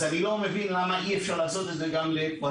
אז אני לא מבין למה-אי אפשר לעשות את זה גם לפרטי.